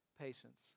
Patience